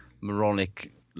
moronic